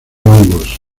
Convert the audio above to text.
hongos